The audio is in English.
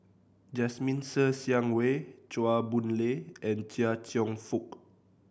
Jasmine Ser Xiang Wei Chua Boon Lay and Chia Cheong Fook